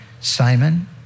Simon